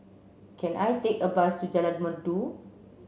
can I take a bus to Jalan Merdu